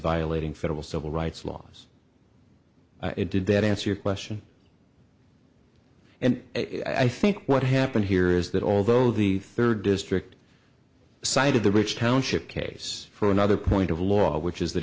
violating federal civil rights laws it did that answer your question and i think what happened here is that although the third district cited the rich township case for another point of law which is th